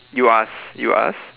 you ask you ask